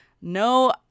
no